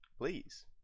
please